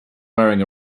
wearing